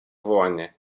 wołanie